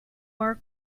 our